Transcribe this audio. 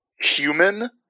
human